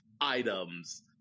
items